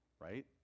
right